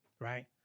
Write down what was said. Right